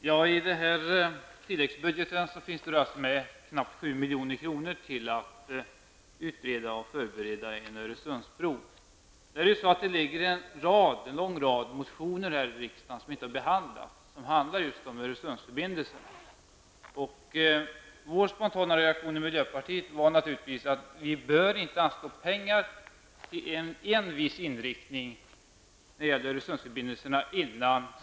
Fru talman! I fråga om tilläggsbudgeten är knappt 7 miljoner avsedda för utredningar och förberedelser beträffande en Öresundsbro. Men jag vill då framhålla att en lång rad motioner har väckts här i riksdagen, som ännu inte har behandlats och som handlar om just Öresundsförbindelserna. Den spontana reaktionen hos oss i miljöpartiet var naturligtvis att pengar inte borde anslås i en viss riktning innan riksdagen har fattat beslut om Öresundsförbindelserna.